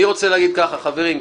חברים,